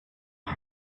had